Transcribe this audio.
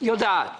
היא יודעת.